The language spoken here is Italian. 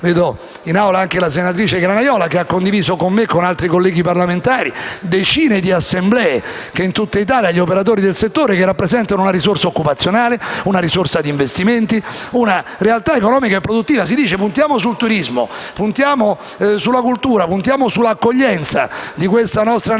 odierno. Anche la senatrice Granaiola ha partecipato con me e altri colleghi parlamentari a decine di assemblee in tutt'Italia con gli operatori del settore, che rappresentano una risorsa occupazionale, una risorsa d'investimenti, una realtà economica e produttiva. Si dice di puntare sul turismo, sulla cultura e sull'accoglienza della nostra Nazione,